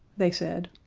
they said.